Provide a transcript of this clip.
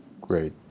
Great